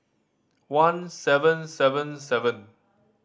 one seven seven seven